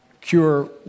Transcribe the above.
cure